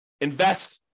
invest